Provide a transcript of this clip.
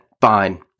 fine